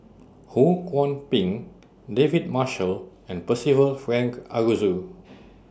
Ho Kwon Ping David Marshall and Percival Frank Aroozoo